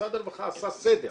ומשרד הרווחה עשה סדר.